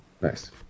Nice